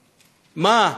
מה,